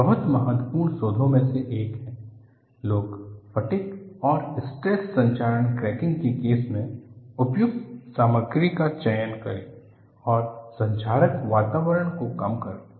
यह बहुत महत्वपूर्ण शोधों में से एक है लोग फटिग और स्ट्रेस संक्षारण क्रैकिंग के केस में उपयुक्त सामग्री का चयन करे और संक्षारक वातावरण को कम करे